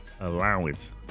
allowance